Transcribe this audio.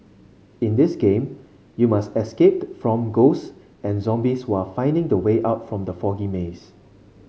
in this game you must escaped from ghosts and zombies while finding the way out from the foggy maze